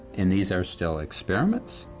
and these are still experiments,